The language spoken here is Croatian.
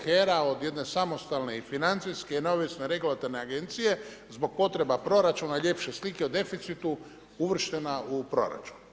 HERA od jedne samostalne i financijski neovisne regulatorne agencije zbog potreba proračuna i ljepše slike od deficitu uvrštena u proračun.